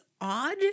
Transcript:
odd